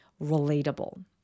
relatable